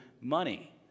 money